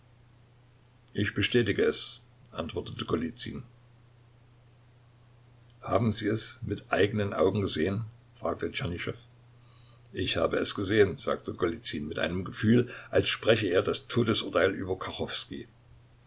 ich bestätige es antwortete golizyn haben sie es mit eigenen augen gesehen fragte tschernyschow ich habe es gesehen sagte golizyn mit einem gefühl als spreche er das todesurteil über